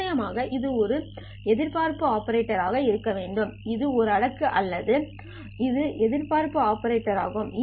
நிச்சயமாக இது ஒரு எதிர்பார்ப்பு ஆபரேட்டர் ஆக இருக்க வேண்டும் இது ஒரு அடுக்கு அல்ல இது ஒரு எதிர்பார்ப்பு ஆபரேட்டர் ஆகும்